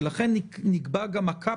ולכן נקבע גם ה-cap,